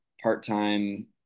part-time